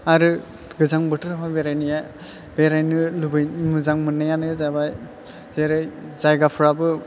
आरो गोजां बोथोराव बेरायनाया बेराइनो लुबै मोजां मोन्नायानो जाबाय जेरै जायगाफ्राबो